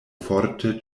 forte